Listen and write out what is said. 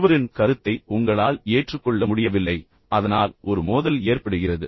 ஒருவரின் கருத்தை உங்களால் ஏற்றுக்கொள்ள முடியவில்லை அதனால் ஒரு மோதல் ஏற்படுகிறது